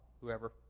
whoever